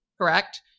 correct